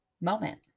moment